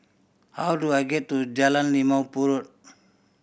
how do I get to Jalan Limau Purut